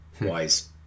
wise